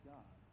God